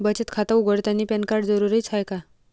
बचत खाते उघडतानी पॅन कार्ड जरुरीच हाय का?